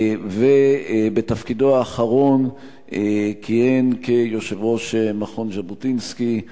ובתפקידו האחרון כיהן כיושב-ראש מכון ז'בוטינסקי,